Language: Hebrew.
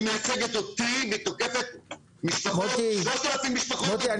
היא מייצגת אותי אבל תוקפת 3,000 משפחות על גבול הצפון --- מוטי,